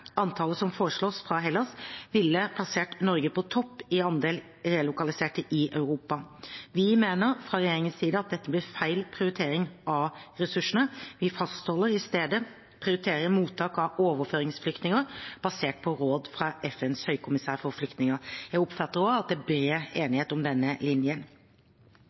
Antallet som foreslås fra Hellas, ville plassert Norge på topp i andel relokaliserte i Europa. Vi mener fra regjeringens side at dette er feil prioritering av ressursene. Vi fastholder i stedet å prioritere mottak av overføringsflyktninger basert på råd fra FNs høykommissær for flyktninger. Jeg oppfatter at det er bred enighet om denne linjen.